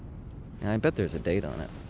i bet there's a date on it.